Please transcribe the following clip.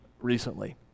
recently